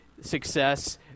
success